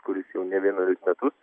kuris jau ne vienerius metus